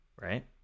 right